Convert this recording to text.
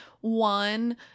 One